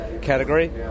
category